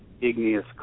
igneous